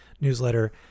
newsletter